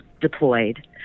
deployed